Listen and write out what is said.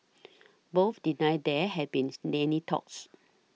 both denied there had been any talks